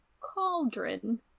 cauldron